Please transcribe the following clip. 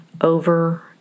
over